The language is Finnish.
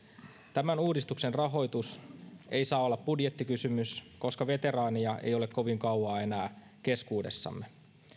tämän uudistuksen rahoitus ei saa olla budjettikysymys koska veteraaneja ei ole kovin kauaa enää keskuudessamme